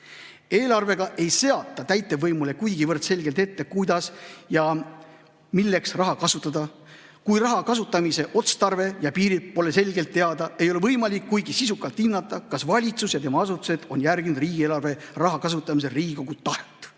eelarvega ei seata täitevvõimule kuigivõrd selgelt ette, kuidas ja milleks raha kasutada. Kui raha kasutamise otstarve ja piirid pole selgelt teada, ei ole võimalik kuigi sisukalt hinnata, kas valitsus ja tema asutused on järginud riigieelarve raha kasutamisel Riigikogu tahet."